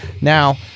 Now